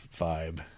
vibe